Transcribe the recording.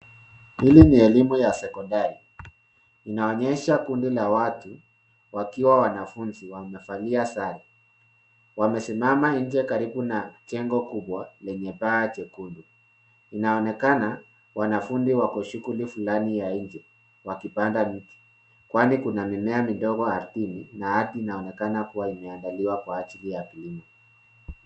Hili ni elimu ya sekondari. Inaonyesha kundi la watu, wakiwa wanafunzi wamevalia sare. Wamesima nje karibu na jengo kubwa, lenye paa jekundu. Inaonekana wanafunzi wako shughuli flani ya nje, wakipanda miti kwani kuna mimea midogo ardhini na ardhi inaonekana kuwa imeandaliwa kwa ajili ya kilimo.